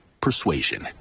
persuasion